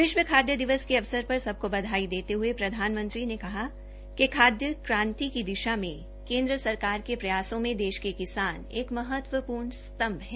विश्व खाद्य दिवस के अवसर पर सबको बधाई देते हये प्रधानमंत्र ने कहा कि खाद्य क्रांति की दिशा में केन्द्र सरकार के प्रयासों में देश के किसान एक महत्वपूर्ण संतभ है